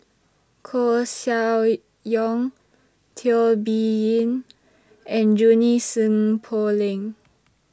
Koeh Sia Yong Teo Bee Yen and Junie Sng Poh Leng